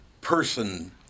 person